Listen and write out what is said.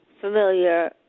familiar